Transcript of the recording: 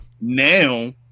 Now